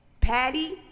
Patty